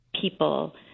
People